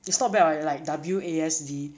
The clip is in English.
it's not bad right like W_A_S_D